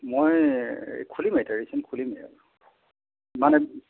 মই খুলিমে এতিয়া ৰিচেন্ট খুলিমে আৰু মানে